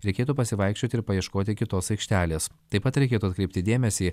reikėtų pasivaikščioti ir paieškoti kitos aikštelės taip pat reikėtų atkreipti dėmesį